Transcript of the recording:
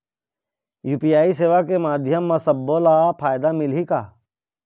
UPI सेवा के माध्यम म सब्बो ला फायदा मिलही का?